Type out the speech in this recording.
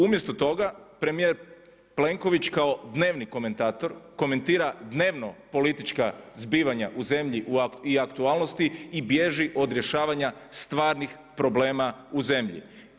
Umjesto toga premijer Plenković kao dnevni komentator komentira dnevno politička zbivanja u zemlji i aktualnosti i bježi od rješavanja stvarnih problema u zemlji.